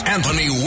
Anthony